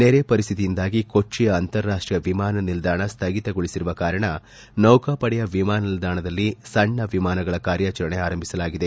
ನೆರೆ ಪರಿಸ್ಥಿತಿಯಿಂದಾಗಿ ಕೊಚ್ಚಿಯ ಅಂತಾರಾಷ್ಷೀಯ ವಿಮಾನ ನಿಲ್ದಾಣ ಸ್ವಗಿತಗೊಳಿಸಿರುವ ಕಾರಣ ನೌಕಾಪಡೆಯ ವಿಮಾನ ನಿಲ್ದಾಣದಲ್ಲಿ ಸಣ್ಣ ವಿಮಾನಗಳ ಕಾರ್ಯಾಚರಣೆ ಆರಂಭಿಸಲಾಗಿದೆ